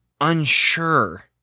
unsure